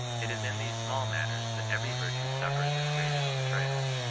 it is in these small matters that every virtue suffers its greatest betrayals.